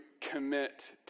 commit